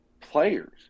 players